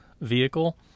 vehicle